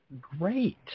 Great